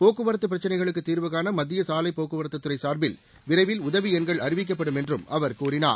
போக்குவரத்து பிரச்சினைகளுக்கு தீர்வுகாண மத்திய சாலை போக்குவரத்துத்துறை சார்பில் விரைவில் உதவி எண்கள் அறிவிக்கப்படும் என்றும் அவர் கூறினார்